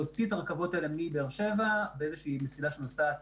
להוציא את הרכבות האלה מבאר שבע באיזושהי מסילה שנוסעת